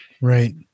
Right